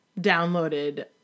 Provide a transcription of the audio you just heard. downloaded